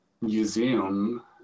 museum